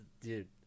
Dude